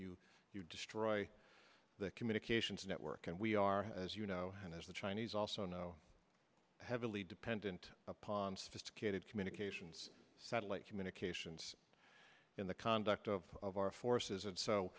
you you destroy the communications network and we are as you know and as the chinese also know heavily dependent upon sophisticated communications satellite communications in the conduct of of our forces and so